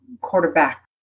quarterback